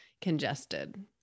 congested